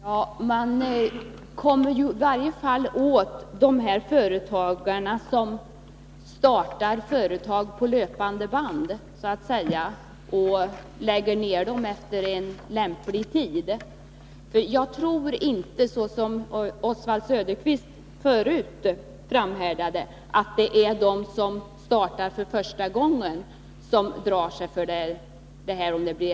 Herr talman! Man kommer i varje fall åt sådana företagare som startar företag så att säga på löpande band och lägger ned dem efter en lämplig tid. Jag tror inte att, såsom Oswald Söderqvist framhärdade, det är de som startar företag för första gången som drar sig för etableringskontrollen.